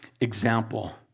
example